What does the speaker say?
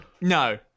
No